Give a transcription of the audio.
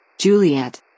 Juliet